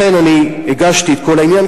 לכן הגשתי את כל העניין,